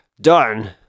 done